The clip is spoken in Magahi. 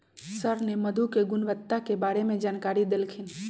सर ने मधु के गुणवत्ता के बारे में जानकारी देल खिन